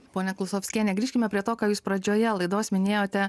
pone klusovskienė grįžkime prie to ką jūs pradžioje laidos minėjote